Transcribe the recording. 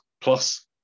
plus